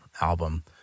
album